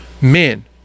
Men